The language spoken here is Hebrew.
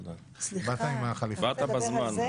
באת בזמן.